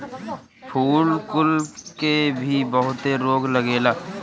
फूल कुल के भी बहुते रोग लागेला